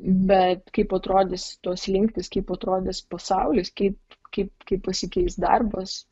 bet kaip atrodys tos slinktys kaip atrodys pasaulis kaip kaip kaip pasikeis darbas